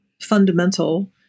fundamental